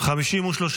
לא התקבלה.